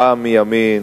פעם מימין,